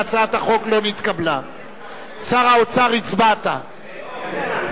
ההצעה להסיר מסדר-היום את הצעת חוק מס ערך מוסף (תיקון,